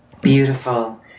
Beautiful